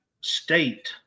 State